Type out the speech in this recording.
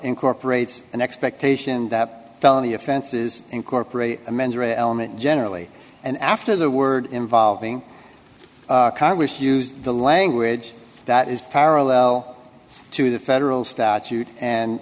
incorporates an expectation that felony offenses incorporate a mens rea element generally and after the word involving congress used the language that is parallel to the federal statute and